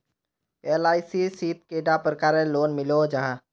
LIC शित कैडा प्रकारेर लोन मिलोहो जाहा?